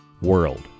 world